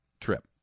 trip